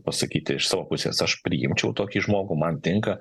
pasakyti iš savo pusės aš priimčiau tokį žmogų man tinka